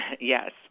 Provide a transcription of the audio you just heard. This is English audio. Yes